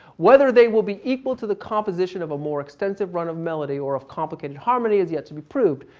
whether they will be equal to the composition of a more extensive run of melody or of complicated harmonies is yet to be proved.